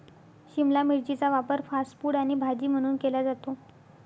शिमला मिरचीचा वापर fast food आणि भाजी म्हणून केला जातो